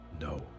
No